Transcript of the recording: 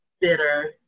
bitter